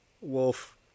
Wolf